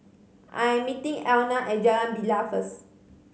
I am meeting Elna at Jalan Bilal first